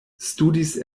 studis